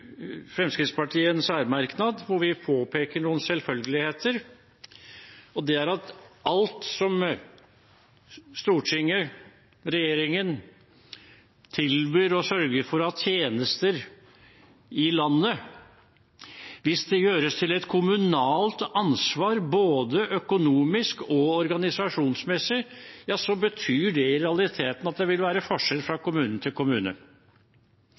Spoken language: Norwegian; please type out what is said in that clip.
Fremskrittspartiet en særmerknad hvor vi påpeker noen selvfølgeligheter, og det er at alt som Stortinget og regjeringen tilbyr og sørger for av tjenester i landet, at hvis det gjøres til et kommunalt ansvar, både økonomisk og organisasjonsmessig, betyr det i realiteten at det vil være forskjell fra kommune til kommune.